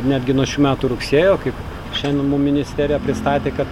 netgi nuo šių metų rugsėjo kaip šiandien mum ministerija pristatė kad